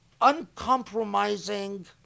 uncompromising